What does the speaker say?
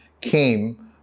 came